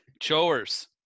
Chores